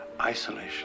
isolation